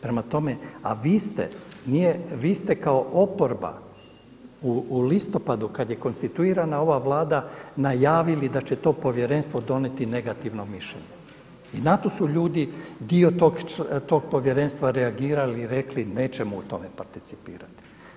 Prema tome, a vi ste kao oporba u listopadu kad je konstituirana ova Vlada najavili da će to povjerenstvo donijeti negativno mišljenje i na to su ljudi, dio tog povjerenstva reagirali i rekli nećemo u tome participirati.